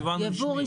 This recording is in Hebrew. את אמרת יבואן רשמי.